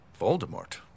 Voldemort